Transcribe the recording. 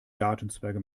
gartenzwerge